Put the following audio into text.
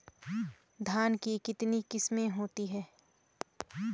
धान की कितनी किस्में होती हैं?